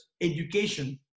education